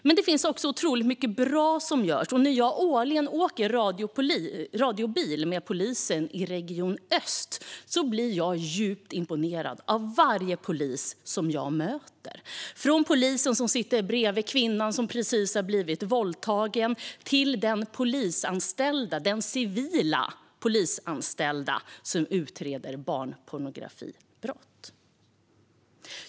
Men det finns också otroligt mycket bra som görs. När jag årligen åker radiobil med polisen i Polisregion öst blir jag djupt imponerad av varje polis jag möter - från polisen som sitter med kvinnan som blivit våldtagen till den civila polisanställda som utreder barnpornografibrott.